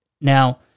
Now